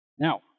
Now